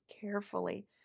carefully